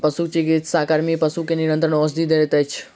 पशुचिकित्सा कर्मी पशु के निरंतर औषधि दैत अछि